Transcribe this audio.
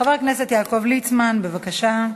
חבר הכנסת יעקב ליצמן, בבקשה.